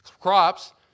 crops